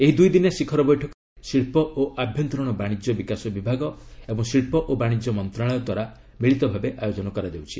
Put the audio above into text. ଏହି ଦୁଇଦିନିଆ ଶିଖର ବୈଠକରେ ଶିଳ୍ପ ଓ ଆଭ୍ୟନ୍ତରୀଣ ବାଣିଜ୍ୟ ବିକାଶ ବିଭାଗ ଏବଂ ଶିଳ୍ପ ଓ ବାଣିଜ୍ୟ ମନ୍ତଶାଳୟଦ୍ୱାରା ମିଳିତ ଭାବେ ଆୟୋଜନ କରାଯାଉଛି